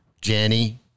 Jenny